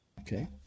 Okay